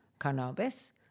cannabis